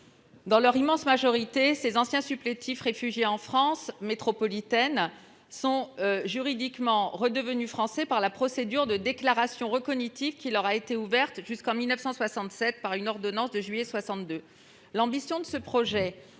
Dans leur immense majorité, ces anciens supplétifs réfugiés en France métropolitaine sont juridiquement redevenus français par la procédure de déclaration recognitive qui leur a été ouverte jusqu'en 1967 par l'ordonnance du 21 juillet 1962. L'ambition de ce projet